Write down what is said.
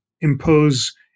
impose